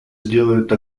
сделает